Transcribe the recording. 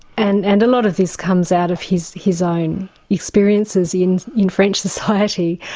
and and a lot of this comes out of his his own experiences in in french society.